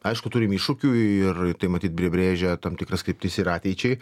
aišku turim iššūkių ir tai matyt bri brėžia tam tikras kryptis ir ateičiai